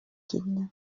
килнӗ